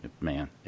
man